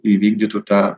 įvykdytų tą